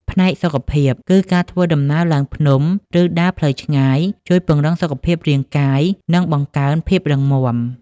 ផ្នែកសុខភាព គឺការធ្វើដំណើរឡើងភ្នំ ឬដើរផ្លូវឆ្ងាយ ជួយពង្រឹងសុខភាពរាងកាយ និងបង្កើនភាពរឹងមាំ។